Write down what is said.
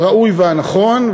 הראוי והנכון,